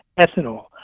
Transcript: ethanol